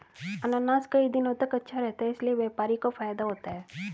अनानास कई दिनों तक अच्छा रहता है इसीलिए व्यापारी को फायदा होता है